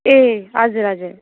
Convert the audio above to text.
ए हजुर हजुर